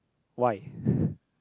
why